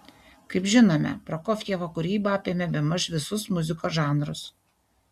kaip žinome prokofjevo kūryba apėmė bemaž visus muzikos žanrus